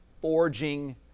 forging